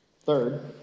Third